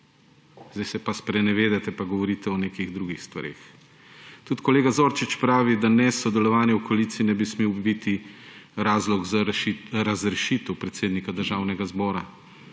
zdaj se pa sprenevedate, pa govorite o nekih drugih stvareh. Tudi kolega Zorčič pravi, da nesodelovanje v koaliciji ne bi smel biti razlog za razrešitev predsednika Državnega zbora.